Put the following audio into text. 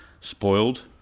spoiled